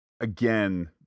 again